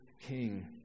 King